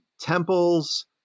temples